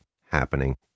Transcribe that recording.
happening